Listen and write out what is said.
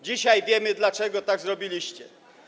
Dzisiaj wiemy, dlaczego tak zrobiliście.